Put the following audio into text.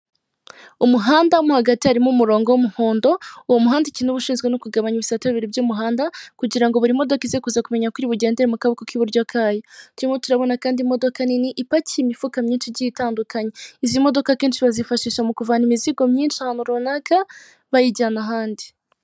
Umuhanda wo mu hagati harimo umurongo w'umuhondo, uwo muhanda u ikin ushinzwe no kugabanya ibisate bibiri by'umuhanda kugira buri modoka ize kuza kumenya ko iri bugendere mu kaboko k'iburyo kayo, turabona kandi imodoka nini ipakiye imifuka myinshi igiye itandukanye. Imodoka akenshi bazifashisha mu kuvana imizigo myinshi ahantu runaka bayijyana ahandi.